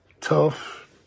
tough